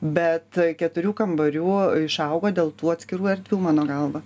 bet keturių kambarių išaugo dėl tų atskirų erdvių mano galva